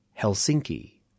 Helsinki